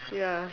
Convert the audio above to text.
ya